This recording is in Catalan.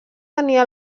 tenia